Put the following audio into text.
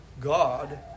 God